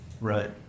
Right